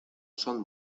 son